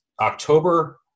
October